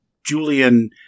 Julian